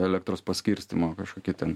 elektros paskirstymo kažkokį ten